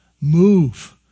move